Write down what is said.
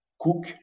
cook